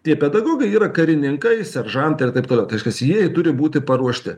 tie pedagogai yra karininkai seržantai ir taip toliau tai reiškias jiejie turi būti paruošti